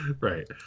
right